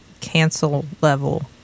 cancel-level